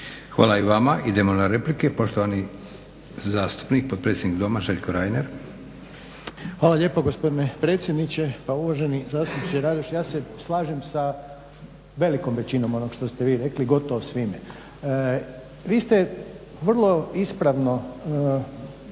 Hvala i vama. Idemo na replike, poštovani zastupnik potpredsjednik Doma Željko Reiner. **Reiner, Željko (HDZ)** Hvala lijepo gospodine predsjedniče. Pa uvaženi zastupnike Radoš ja se slažem s velikom većinom onoga što ste vi rekli, gotovo svime. Vi ste vrlo ispravno detektirali